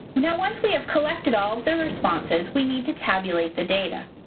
now, once we have collected all the responses, we need to tabulate the data.